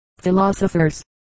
philosophers